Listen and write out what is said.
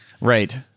Right